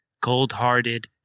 cold-hearted